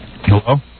Hello